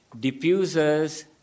Diffusers